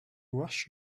rush